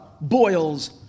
boils